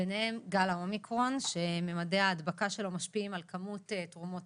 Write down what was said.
ביניהם גל האומיקרון שממדי ההשפעה שלו משפיעים על כמות תרומות